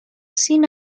sin